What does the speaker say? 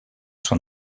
son